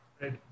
Right